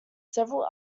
several